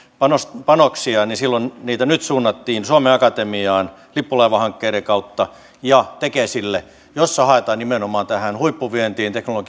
panoksia niitä nyt suunnattiin suomen akatemiaan lippulaivahankkeiden kautta ja tekesille jossa haetaan nimenomaan tähän huippuvientiin